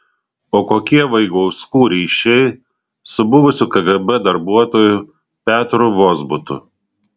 o kokie vaigauskų ryšiai su buvusiu kgb darbuotoju petru vozbutu